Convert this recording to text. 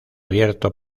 abierto